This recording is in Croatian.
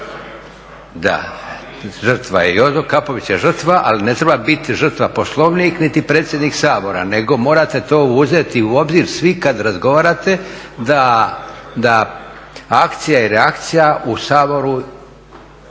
Da, žrtva. Da, Jozo Kapović je žrtva ali ne treba biti žrtva Poslovnik niti predsjednik Sabora, nego morate to uzeti u obzir svi kad razgovarate, da akcija i reakcija u Saboru